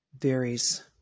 varies